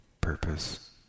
Purpose